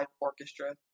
orchestra